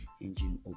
engine